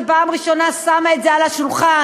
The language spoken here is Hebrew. שפעם ראשונה שמה את זה על השולחן.